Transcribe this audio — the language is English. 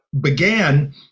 began